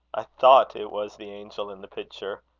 i thought it was the angel in the picture.